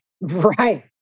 Right